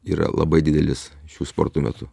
yra labai didelis šių sporto metu